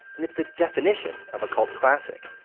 and it's the definition of a cult classic,